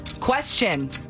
Question